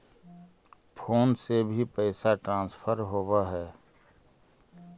Phone से भी पैसा ट्रांसफर होवहै?